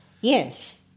Yes